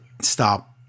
Stop